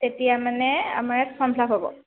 তেতিয়া মানে আমাৰ ইয়াত ফৰ্ম ফিলআপ হ'ব